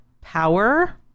power